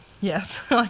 Yes